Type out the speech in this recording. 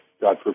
God